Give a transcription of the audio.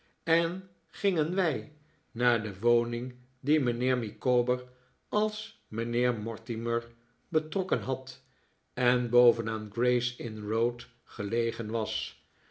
en gingen wij naar de woning die mijnheer micawber als mijnheer mortimer betrokken had en boven aan gray's inn road gelegen was